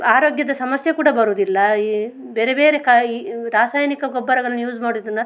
ಆರೋಗ್ಯದ ಸಮಸ್ಯೆ ಕೂಡ ಬರುವುದಿಲ್ಲ ಈ ಬೇರೆ ಬೇರೆ ಕಾಯಿ ರಾಸಾಯನಿಕ ಗೊಬ್ಬರವನ್ನು ಯೂಸ್ ಮಾಡೋದ್ರಿಂದ